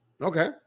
Okay